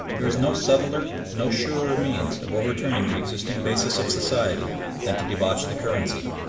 there is no subtler, no surer means of overturning the existing basis of society than to debauch the currency.